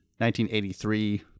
1983